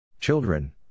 Children